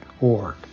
org